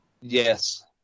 Yes